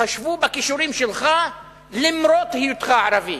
יתחשבו בכישורים שלך למרות היותך ערבי.